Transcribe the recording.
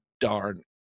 darn